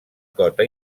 cota